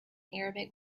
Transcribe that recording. arabic